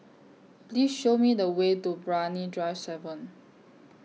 Please Show Me The Way to Brani Drive seven